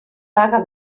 paga